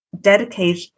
dedicate